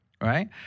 right